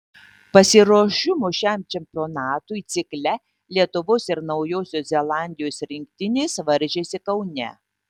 pasiruošimo šiam čempionatui cikle lietuvos ir naujosios zelandijos rinktinės varžėsi kaune